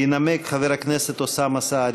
ינמק חבר הכנסת אוסאמה סעדי.